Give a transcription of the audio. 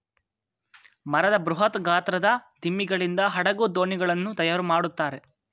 ಮರದ ಬೃಹತ್ ಗಾತ್ರದ ದಿಮ್ಮಿಗಳಿಂದ ಹಡಗು, ದೋಣಿಗಳನ್ನು ತಯಾರು ಮಾಡುತ್ತಾರೆ